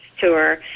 tour